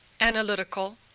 analytical